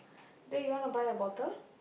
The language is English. then you want buy a bottle